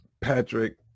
Patrick